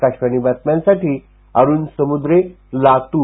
आकाशवाणी बातम्यांसाठी अरूण समुद्रे लातूर